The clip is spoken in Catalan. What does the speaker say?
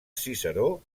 ciceró